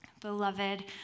Beloved